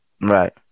right